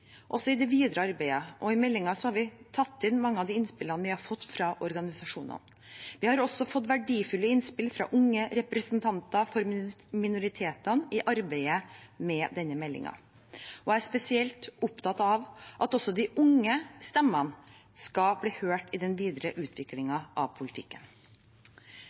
også i det videre arbeidet, og i meldingen har vi tatt inn mange av de innspillene vi har fått fra organisasjonene. Vi har også fått verdifulle innspill fra unge representanter for minoritetene i arbeidet med denne meldingen. Jeg er spesielt opptatt av at også de unge stemmene skal bli hørt i den videre utviklingen av politikken.